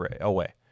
away